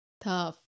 tough